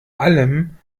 allem